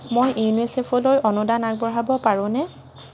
মই ইউনিচেফলৈ অনুদান আগবঢ়াব পাৰোঁনে